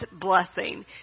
blessing